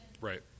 Right